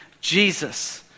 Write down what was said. Jesus